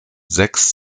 sechs